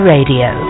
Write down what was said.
Radio